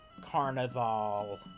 carnival